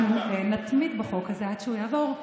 מצוין, אנחנו נתמיד בחוק הזה עד שהוא יעבור.